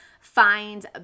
find